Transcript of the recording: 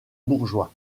bourgeois